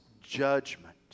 judgment